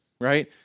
right